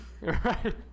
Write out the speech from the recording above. right